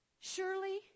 Surely